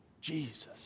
Jesus